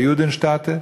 היוּדנשטאט,